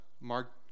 Mark